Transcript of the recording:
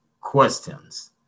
questions